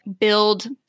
build